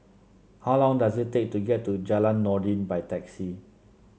how long does it take to get to Jalan Noordin by taxi